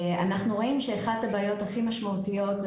אנחנו רואים שאחת הבעיות הכי משמעותיות זה